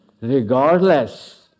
regardless